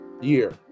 Year